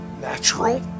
Natural